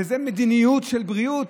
וזאת מדיניות של בריאות?